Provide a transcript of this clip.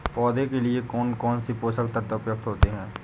पौधे के लिए कौन कौन से पोषक तत्व उपयुक्त होते हैं?